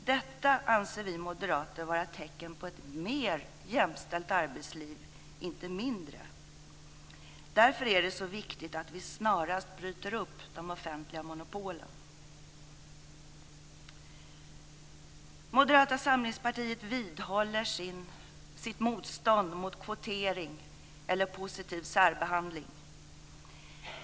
Detta anser vi moderater vara tecken på ett mer jämställt arbetsliv, inte mindre. Därför är det så viktigt att vi snarast bryter upp de offentliga monopolen. Moderata samlingspartiet vidhåller sitt motstånd mot kvotering eller positiv särbehandling.